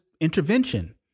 intervention